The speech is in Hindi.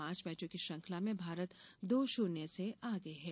पांच मैचों की श्रृंखला में भारत दो शून्य से आगे है